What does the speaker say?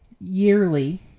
yearly